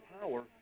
power